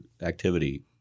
activity